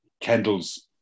Kendall's